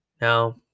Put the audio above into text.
Now